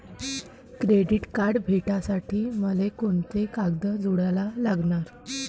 Credit card भेटासाठी मले कोंते कागद जोडा लागन?